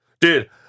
dude